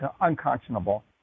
unconscionable